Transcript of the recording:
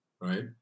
Right